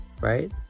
right